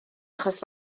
achos